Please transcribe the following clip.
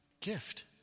gift